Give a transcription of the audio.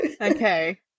okay